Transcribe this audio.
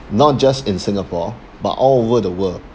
not just in singapore but all over the world